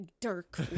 Dirk